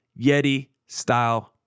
Yeti-style